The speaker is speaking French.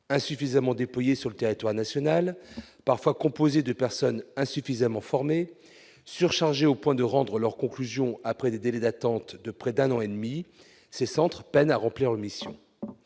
Insuffisamment déployés sur le territoire national, parfois composés de personnes insuffisamment formées, surchargés au point de rendre leurs conclusions après des délais d'attente de près d'un an et demi, ces centres peinent à remplir leur mission.